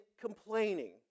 complaining